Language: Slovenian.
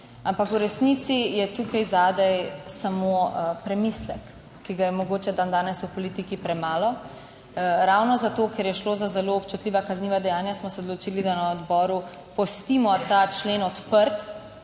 ampak v resnici je tukaj zadaj samo premislek, ki ga je mogoče dandanes v politiki premalo. Ravno zato, ker je šlo za zelo občutljiva kazniva dejanja, smo se odločili, da na odboru pustimo ta člen odprt,